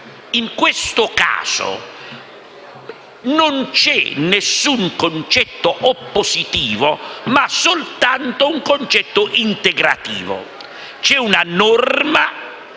In questo caso, non c'è alcun concetto oppositivo, ma soltanto un concetto integrativo: c'è una norma